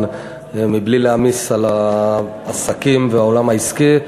מבלי להעמיס על העסקים והעולם העסקי,